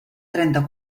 trenta